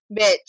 bitch